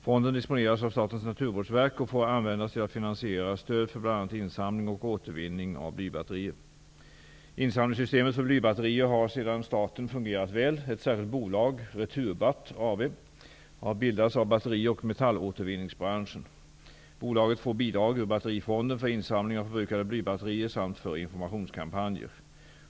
Fonden disponeras av Statens naturvårdsverk och får användas till att finansiera stöd för bl.a. insamling och återvinning av blybatterier. Insamlingssystemet för blybatterier har sedan starten fungerat väl. Ett särskilt bolag, Returbatt AB, har bildats av batteri och metallåtervinningsbranschen. Bolaget får bidrag ur batterifonden för insamling av förbrukade blybatterier samt för informationskampanjer.